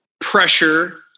pressure